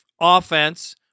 offense